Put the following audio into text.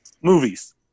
movies